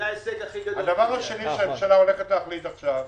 הדבר השני שהממשלה הולכת להחליט עכשיו,